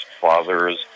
fathers